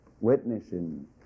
witnessing